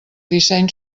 disseny